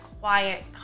quiet